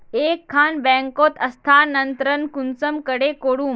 एक खान बैंकोत स्थानंतरण कुंसम करे करूम?